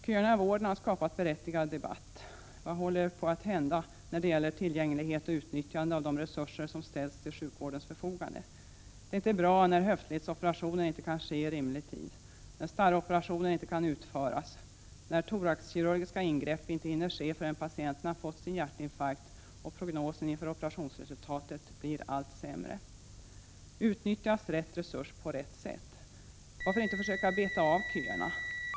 Köerna i vården har skapat berättigad debatt. Vad håller på att hända när det gäller tillgänglighet och utnyttjande av de resurser som ställts till sjukvårdens förfogande? Det är inte bra när höftledsoperationer inte kan ske i rimlig tid, när starroperationer inte kan utföras, när thoraxkirurgiska ingrepp inte hinner ske förrän patienterna fått sin hjärtinfarkt och prognosen inför operationsresultatet blir allt sämre. Utnyttjas rätt resurs på rätt sätt? Varför inte försöka beta av köerna?